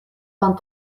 vingt